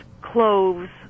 cloves